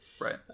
right